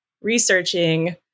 researching